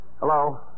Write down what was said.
Hello